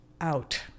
out